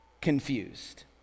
confused